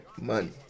money